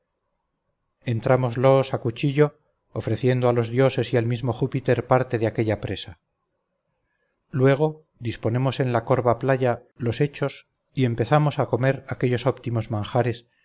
entrámoslos a cuchillo ofreciendo a los dioses y al mismo júpiter parte de aquella presa luego disponemos en la corva playa los hechos y empezamos a comer aquellos óptimos manjares